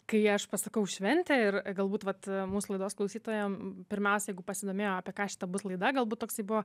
kai aš pasakau šventė ir galbūt vat mūsų laidos klausytojam pirmiausia jeigu pasidomėjo apie ką šita bus laida galbūt toksai buvo